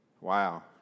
Wow